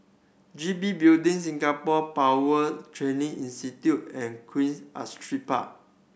G B Building Singapore Power Training Institute and Queen Astrid Park